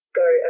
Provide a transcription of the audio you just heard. go